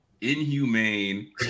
inhumane